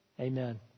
amen